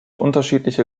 unterschiedliche